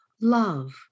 love